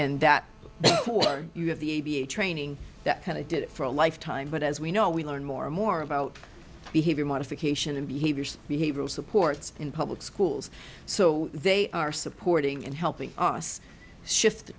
and that you have the a b a training that kind of did it for a lifetime but as we know we learn more and more about behavior modification and behaviors behavioral supports in public schools so they are supporting and helping us shift the